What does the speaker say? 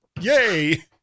yay